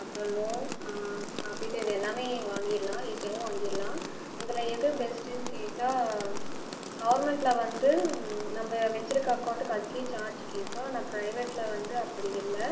அப்புறம் லோன் காப்பீட்டு எல்லாமே வாங்கிடலாம் ஈஸியாகவும் வாங்கிடலாம் இதில் எது பெஸ்ட்டுன்னு கேட்டால் கவர்மெண்டில் வந்து நம்ப வச்சிருக்கேன் அக்கவுண்ட்டுக்கு அதுக்கே சார்ஜ் கேட்பான் ஆனால் ப்ரைவேட்டில் வந்து அப்படி இல்லை